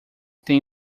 tem